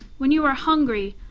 when you are hungry,